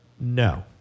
No